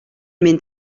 mynd